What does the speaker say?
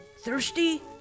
Thirsty